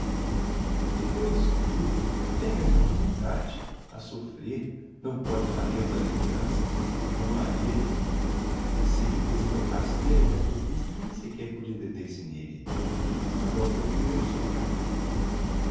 depois comtudo pégas a atormentar te a soffrer não podes varrêl o da lembrança não a elle foi sempre coisa tão rasteira que a tua vista nem sequer podia deter-se n'elle mas ao teu primeiro sonho de amor